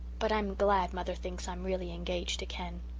but i'm glad mother thinks i'm really engaged to ken!